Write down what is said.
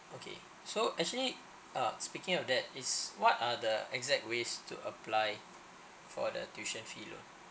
okay so actually uh speaking of that is what are the exact ways to apply for the tuition fee loan